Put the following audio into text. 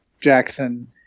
Jackson